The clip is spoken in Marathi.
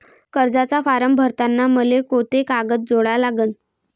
कर्जाचा फारम भरताना मले कोंते कागद जोडा लागन?